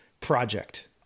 project